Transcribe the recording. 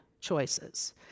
choices